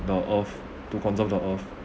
the earth to conserve the earth